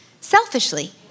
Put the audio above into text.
selfishly